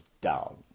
down